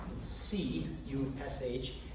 C-U-S-H